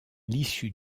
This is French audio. l’issue